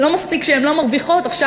לא מספיק שהן לא מרוויחות עכשיו,